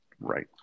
Right